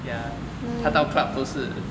ya 他到 club 都是